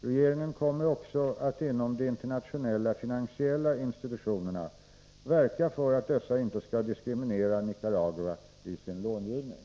Regeringen kommer också att inom de internationella finansiella institutionerna verka för att dessa inte skall diskriminera Nicaragua i sin långivning.